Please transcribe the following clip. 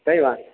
કયવા